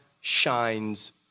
shines